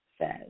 says